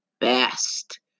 best